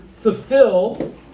fulfill